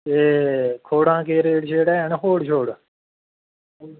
ते खोड़ां दा केह् रेट शेट हैन खोड़ शोड़